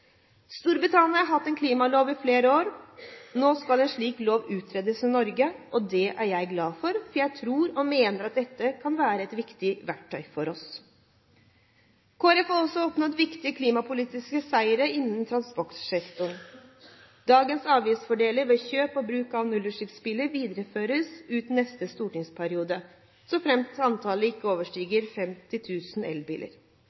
Storbritannia har hatt en klimalov i flere år. Nå skal en slik lov utredes i Norge, og det er jeg glad for, for jeg tror og mener at dette kan være et viktig verktøy for oss. Kristelig Folkeparti har også oppnådd viktige klimapolitiske seiere innen transportsektoren. Dagens avgiftsfordeler ved kjøp og bruk av nullutslippsbiler videreføres ut neste stortingsperiode såfremt antallet ikke overstiger 50 000 elbiler.